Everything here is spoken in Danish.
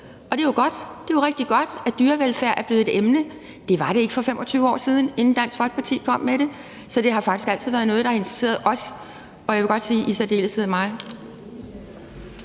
og det er godt – det er jo rigtig godt, at dyrevelfærd er blevet et emne. Det var det ikke for 25 år siden, inden Dansk Folkeparti kom med det. Så det har faktisk altid været noget, der har interesseret os, og jeg vil godt sige i særdeleshed mig.